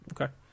Okay